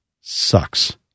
sucks